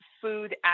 food